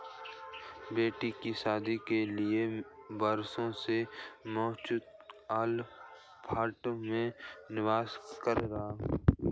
बेटी की शादी के लिए मैं बरसों से म्यूचुअल फंड में निवेश कर रहा हूं